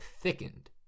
thickened